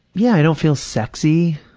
yeah, i don't feel sexy,